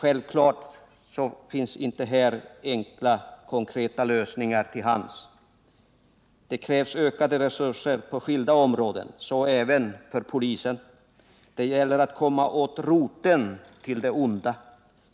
Givetvis finns här inte några självklara konkreta lösningar till hands. Det krävs ökade resurser på skilda områden, så även för polisen. Det gäller att komma åt roten till det onda.